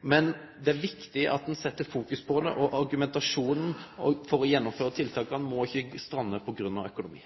men det er viktig at ein fokuserer på det. Argumentasjonen for å gjennomføre tiltak må ikkje strande på grunn av økonomi.